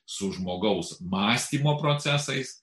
su žmogaus mąstymo procesais